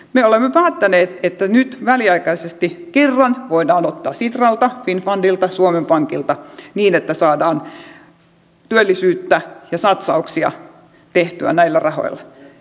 me olemme päättäneet että nyt väliaikaisesti kerran voidaan ottaa sitralta finnfundilta suomen pankilta niin että saadaan työllisyyttä ja satsauksia tehtyä näillä rahoilla